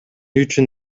үчүн